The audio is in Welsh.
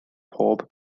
pob